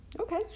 Okay